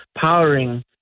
powering